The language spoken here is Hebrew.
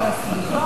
ההצעה